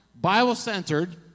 Bible-centered